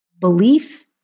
belief